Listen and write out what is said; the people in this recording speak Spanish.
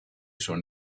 son